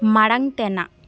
ᱢᱟᱲᱟᱝ ᱛᱮᱱᱟᱜ